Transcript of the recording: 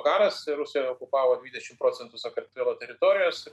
karas ir rusija okupavo dvidešim procentų sakartvelo teritorijos